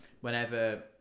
whenever